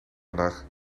vandaag